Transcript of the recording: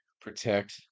protect